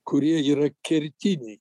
kurie yra kertiniai